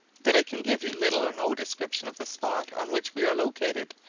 that i can give you little or no description of the spot on which we are located,